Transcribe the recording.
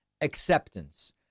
acceptance